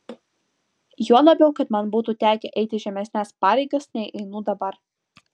juo labiau kad man būtų tekę eiti žemesnes pareigas nei einu dabar